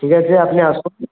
ঠিক আছে আপনি আসুন